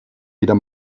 wieder